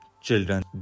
children